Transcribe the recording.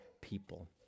people